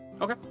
Okay